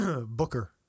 Booker